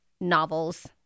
novels